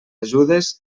ajudes